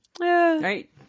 right